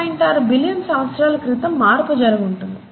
6 billion సంవత్సరాల క్రితం మార్పు జరిగి ఉంటుంది